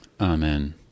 Amen